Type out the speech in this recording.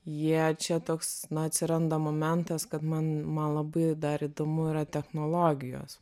jie čia toks na atsiranda momentas kad man man labai dar įdomu yra technologijos